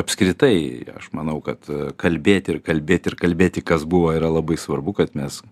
apskritai aš manau kad kalbėti ir kalbėti ir kalbėti kas buvo yra labai svarbu kad mes